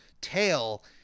tail